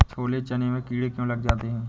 छोले चने में कीड़े क्यो लग जाते हैं?